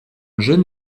jeune